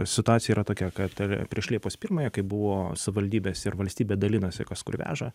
situacija yra tokia kad prieš liepos pirmąją kai buvo savivaldybės ir valstybė dalinasi kas kur veža